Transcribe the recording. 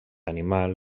animal